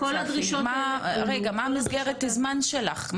מה מסגרת הזמן שלך?